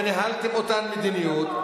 וניהלתם אותה מדיניות.